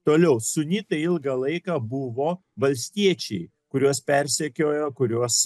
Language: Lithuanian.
toliau sunitai ilgą laiką buvo valstiečiai kuriuos persekiojo kuriuos